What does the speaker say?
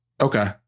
Okay